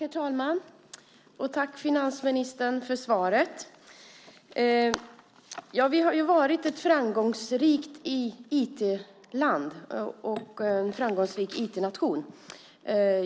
Herr talman! Tack, finansministern, för svaret! Vi har varit ett framgångsrikt IT-land och en framgångsrik IT-nation.